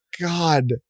god